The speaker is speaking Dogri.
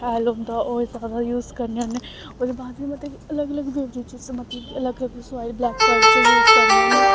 हैल होंदा ओह्दा यूज़ करने होन्ने ओह्दे बाद मतलब कि अलग अलग डजी च मतलब अलग अलग साइल ब्लैक कलर च यूज करने